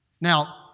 Now